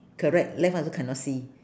correct left one also cannot see